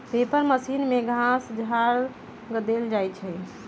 paper machine में घास झाड़ ध देल जाइ छइ